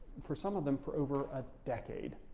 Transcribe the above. for some of them for over a decade.